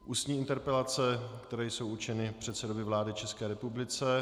Ústní interpelace, které jsou určeny předsedovi vlády České republiky.